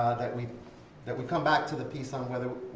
that we that we come back to the piece, on whether,